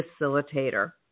facilitator